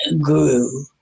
grew